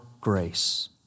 grace